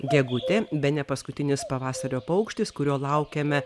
gegutė bene paskutinis pavasario paukštis kurio laukiame